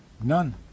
None